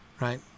right